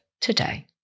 today